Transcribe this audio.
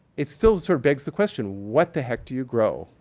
it still sort of begs the question, what the heck do you grow?